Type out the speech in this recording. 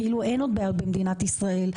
כאילו אין עוד בעיות במדינת ישראל,